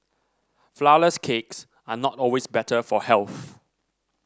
flourless cakes are not always better for health